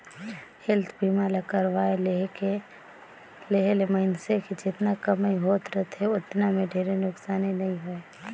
health बीमा ल करवाये लेहे ले मइनसे के जेतना कमई होत रथे ओतना मे ढेरे नुकसानी नइ होय